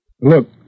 Look